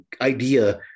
idea